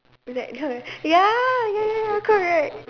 it's like her ya ya correct